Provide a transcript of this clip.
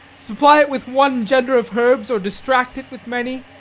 supply it with one gender of herbs or distract it with many,